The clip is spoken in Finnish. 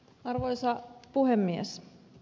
arvoisa puhemies